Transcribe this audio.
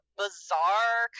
bizarre